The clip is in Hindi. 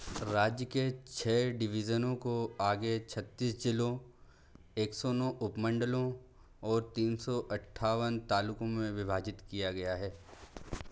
राज्य के छः डिवीज़नों को आगे छत्तीस जिलों एक सौ नौ उप मंडलों और तीन सौ अट्ठावन तालुकों में विभाजित किया गया है